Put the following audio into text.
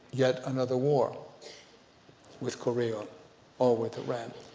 yet another war with korea or with iran?